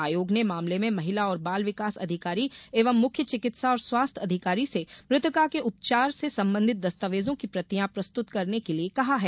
आयोग ने मामले में महिला और बाल विकास अधिकारी एवं मुख्य चिकित्सा और स्वास्थ्य अधिकारी से मृतका के उपचार से संबंधित दस्तावेजों की प्रतियां प्रस्तुत करने के लिए कहा है